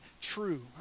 true